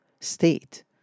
state